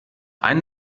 ein